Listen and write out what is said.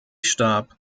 starb